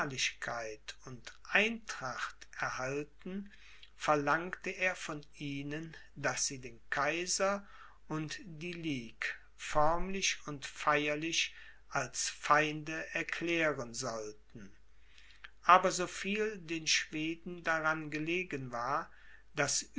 und eintracht erhalten verlangte er von ihnen daß sie den kaiser und die ligue förmlich und feierlich als feinde erklären sollten aber so viel den schweden daran gelegen war das